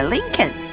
Lincoln